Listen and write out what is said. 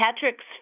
Patrick's